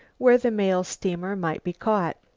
where the mail steamer might be caught.